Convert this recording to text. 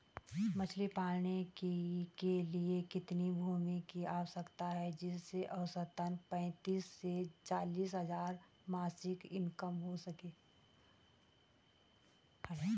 मछली पालन के लिए कितनी भूमि की आवश्यकता है जिससे औसतन पैंतीस से चालीस हज़ार मासिक इनकम हो सके?